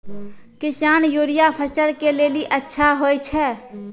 किसान यूरिया फसल के लेली अच्छा होय छै?